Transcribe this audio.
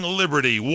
liberty